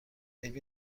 عیبی